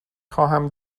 خواهم